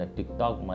TikTok